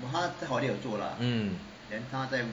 mm